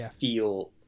feel